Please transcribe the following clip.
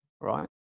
right